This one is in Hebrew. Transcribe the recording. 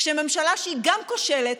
כשממשלה שהיא גם כושלת,